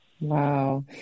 Wow